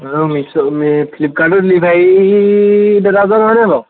hello মিছো ফ্লিলিপকাৰ্টৰ delivery দাদাজন হয় নাই বাৰু